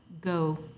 go